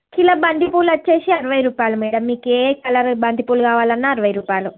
kilo బంతి పువ్వులు వచ్చేసి అరవై రూపాయలు మేడం మీకు ఏ కలరు బంతిపూలు కావాలన్నా సరే అరవై రుపాయిలు